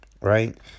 Right